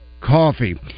coffee